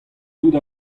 tout